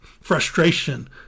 frustration